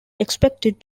expected